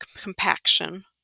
compaction